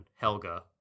Helga